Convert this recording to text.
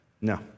No